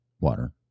Water